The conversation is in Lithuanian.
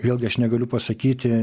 vėlgi aš negaliu pasakyti